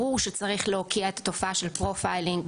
ברור שצריך להוקיע את התופעה של פרופיילינג,